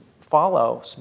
follow